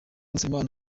nsabimana